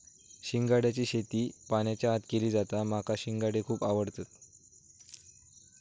शिंगाड्याची शेती पाण्याच्या आत केली जाता माका शिंगाडे खुप आवडतत